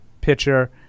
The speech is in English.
pitcher